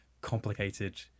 complicated